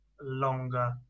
longer